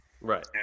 right